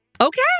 Okay